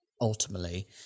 Ultimately